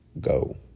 go